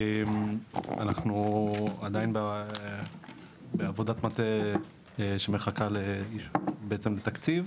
אנחנו עדיין בעבודת מטה שמחכה לתקציב,